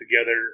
together